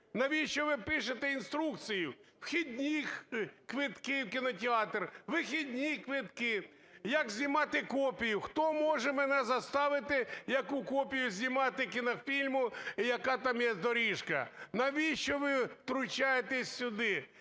Навіщо ви пишете інструкцію вхідних квитків в кінотеатр, вихідних квитків, як знімати копію, хто може мене заставити, яку копію знімати кінофільму і яка там є доріжка? Навіщо ви втручаєтесь сюди?